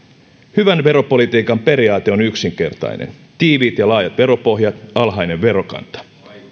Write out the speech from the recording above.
hyvän veropolitiikan periaate on yksinkertainen tiiviit ja laajat veropohjat alhainen verokanta